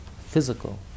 Physical